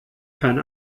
kein